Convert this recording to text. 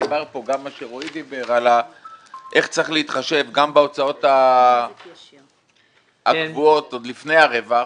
גם מה שרועי אמר איך צריך להתחשב גם בהוצאות הקבועות עוד לפני הרווח,